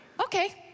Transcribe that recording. okay